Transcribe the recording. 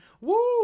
Woo